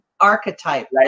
archetype